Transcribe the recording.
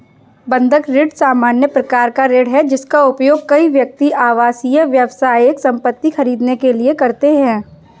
बंधक ऋण सामान्य प्रकार का ऋण है, जिसका उपयोग कई व्यक्ति आवासीय, व्यावसायिक संपत्ति खरीदने के लिए करते हैं